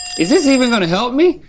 is this even gonna help me?